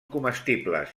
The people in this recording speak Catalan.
comestibles